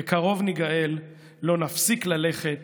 בקרוב ניגאל, / לא נפסיק ללכת